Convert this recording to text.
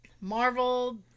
Marvel